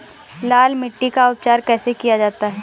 लाल मिट्टी का उपचार कैसे किया जाता है?